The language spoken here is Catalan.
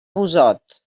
busot